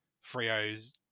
Frio's